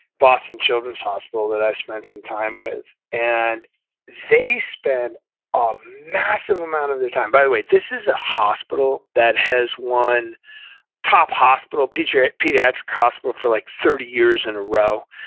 boston children's hospital that i've spent some time with, and they spent a massive amount of their time. by the way, this is a hospital that has won top hospital, pediatric pediatric hospital, for like thirty years in a row.